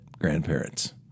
grandparents